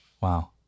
Wow